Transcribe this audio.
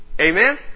Amen